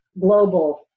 global